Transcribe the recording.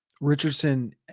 Richardson